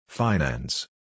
Finance